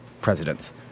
presidents